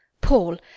Paul